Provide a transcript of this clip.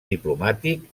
diplomàtic